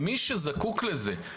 מי שזקוק לזה עושה זאת.